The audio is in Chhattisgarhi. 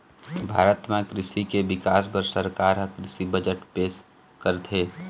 भारत म कृषि के बिकास बर सरकार ह कृषि बजट पेश करथे